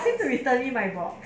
ask him to returning my box